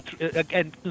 again